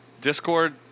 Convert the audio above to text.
Discord